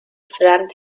friend